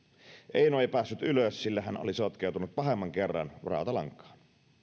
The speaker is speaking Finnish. eino ei päässyt ylös sillä hän oli sotkeutunut pahemman kerran rautalankaan